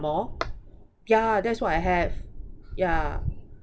more yeah that's what I have yeah